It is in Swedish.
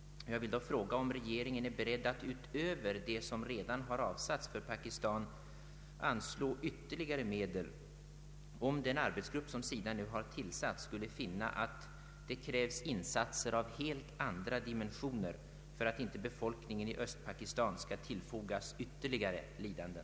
Är regeringen beredd att utöver det som redan har avsatts för Pakistan anslå ytterligare medel, om den arbetsgrupp som SIDA nu tillsatt skulle finna att det krävs insatser av helt andra dimensioner för att befolkningen i Östpakistan inte skall tillfogas ytterligare lidanden?